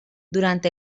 durant